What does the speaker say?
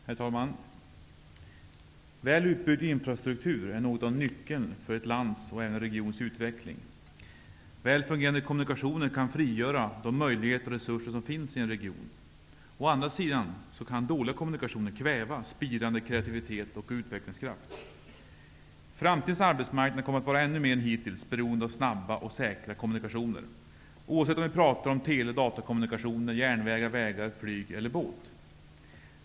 Herr talman! Väl utbyggd infrastruktur är något av nyckeln för ett lands och en regions utveckling. Väl fungerande kommunikationer kan frigöra de möjligheter och resurser som finns i en region. Å andra sidan kan dåliga kommunikationer kväva spirande kreativitet och utvecklingskraft. Framtidens arbetsmarknad kommer att vara ännu mer än hittills beroende av snabba och säkra kommunikationer, oavsett om vi pratar om teleoch datakommunikation, järnvägar, vägar, flyg eller båt.